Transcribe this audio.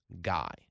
guy